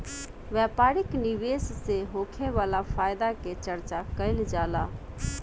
व्यापारिक निवेश से होखे वाला फायदा के चर्चा कईल जाला